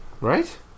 Right